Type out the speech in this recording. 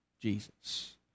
Jesus